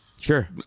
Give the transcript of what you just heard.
Sure